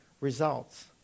results